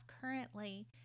currently